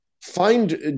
find